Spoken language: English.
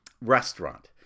restaurant